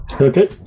Okay